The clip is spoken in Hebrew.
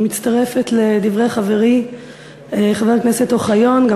אני מצטרפת לדברי חברי חבר הכנסת אוחיון.